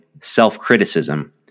self-criticism